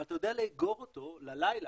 אבל אתה יודע לאגור אותו ללילה,